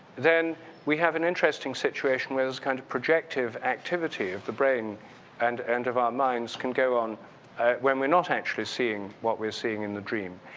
then we have an interesting situation where it's kind of projective activity of a brain and and of our minds can go on when we're not actually seeing what we are seeing in the dream.